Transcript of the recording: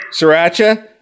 Sriracha